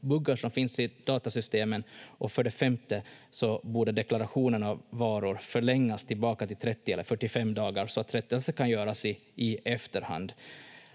buggar som finns i datasystemen. För det femte borde deklarationerna av varor förlängas tillbaka till 30 eller 45 dagar så att rättelse kan göras i efterhand.